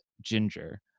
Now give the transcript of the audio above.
ginger